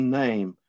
name